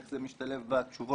איך זה משתלב בתשובות